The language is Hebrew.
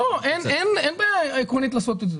אין בעיה עקרונית לעשות את זה,